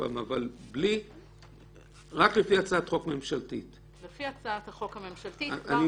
רק לפי הצעת החוק הממשלתית -- לפי הצעת החוק הממשלתית --- אני